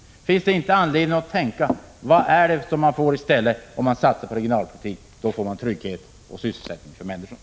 Finns det inte anledning att tänka efter vad man får om man satsar på regionalpolitik? Genom den får man ju trygghet och sysselsättning för människorna.